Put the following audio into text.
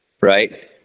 Right